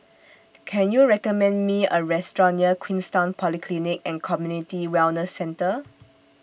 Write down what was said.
Can YOU recommend Me A Restaurant near Queenstown Polyclinic and Community Wellness Centre